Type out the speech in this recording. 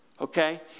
okay